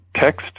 text